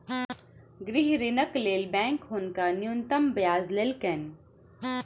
गृह ऋणक लेल बैंक हुनका न्यूनतम ब्याज लेलकैन